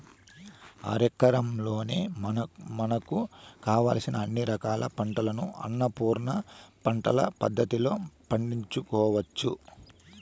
అరెకరంలోనే మనకు కావలసిన అన్ని రకాల పంటలను అన్నపూర్ణ పంటల పద్ధతిలో పండించుకోవచ్చు